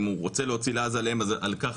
אנחנו עושים את כל הגיורים שלנו הכול עפ"י ההלכה,